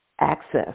access